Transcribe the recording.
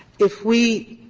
if we